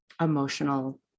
emotional